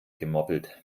gemoppelt